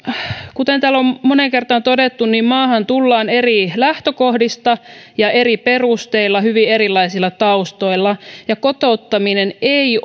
kuten täällä on moneen kertaan todettu niin maahan tullaan eri lähtökohdista ja eri perusteilla hyvin erilaisilla taustoilla kotouttaminen ei